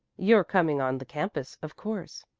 you're coming on the campus, of course.